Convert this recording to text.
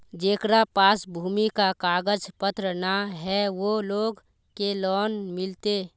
जेकरा पास भूमि का कागज पत्र न है वो लोग के लोन मिलते?